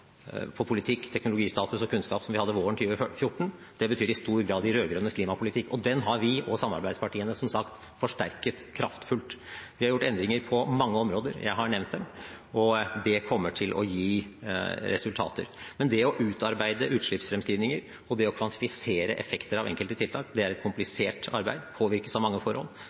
på politikk, teknologi, status og kunnskap som vi hadde våren 2014. Det betyr i stor grad de rød-grønnes klimapolitikk, og den har vi og samarbeidspartiene som sagt forsterket kraftfullt. Vi har gjort endringer på mange områder. Jeg har nevnt dem, og det kommer til å gi resultater. Men det å utarbeide utslippsfremskrivninger og det å kvantifisere effekter av enkelte tiltak er et komplisert arbeid, det påvirkes av mange forhold,